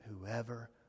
whoever